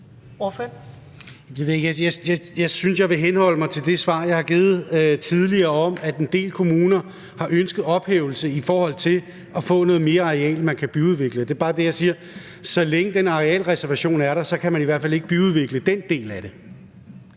Jeg synes, jeg vil henholde mig til det svar, jeg har givet tidligere om, at en del kommuner har ønsket en ophævelse i forhold til at få noget mere areal, man kan byudvikle. Der er det bare, jeg siger, at så længe den arealreservation er der, kan man i hvert fald ikke byudvikle den del af det.